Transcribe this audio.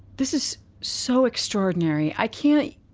this is so extraordinary. i can't see